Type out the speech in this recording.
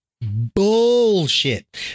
bullshit